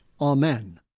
Amen